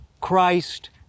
Christ